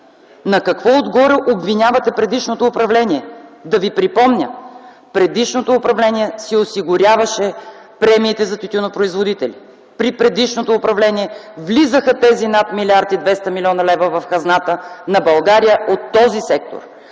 На какво отгоре обвинявате предишното управление? Да Ви припомня: предишното управление си осигуряваше премиите за тютюнопроизводителите. При предишното управление тези над 1 млрд. 200 млн. лв. влизаха в хазната на България от този сектор.